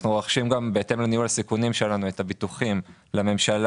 אנחנו רוכשים את הביטוחים לממשלה